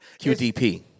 QDP